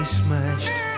smashed